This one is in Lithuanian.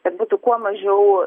kad būtų kuo mažiau